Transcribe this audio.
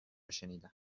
شنیدم